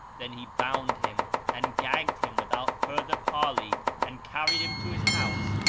then he bound him and gagged him without further parley, and carried him to his house,